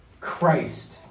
Christ